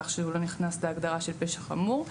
זה לא נכנס בהגדרה של פשע חמור.